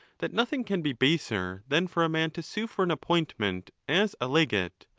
that nothing can be baser than for a man to sue for an appointment as a legate,